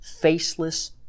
faceless